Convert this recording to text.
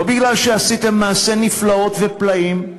לא כי עשיתם נפלאות ופלאים.